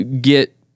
get